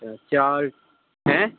ਅੱਛਾ ਚੱਲ ਹੈਂ